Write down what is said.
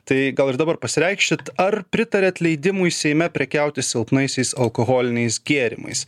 tai gal ir dabar pasireikšit ar pritariat leidimui seime prekiauti silpnaisiais alkoholiniais gėrimais